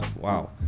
Wow